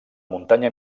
muntanya